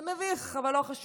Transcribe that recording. זה מביך, אבל לא חשוב,